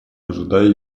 ожидая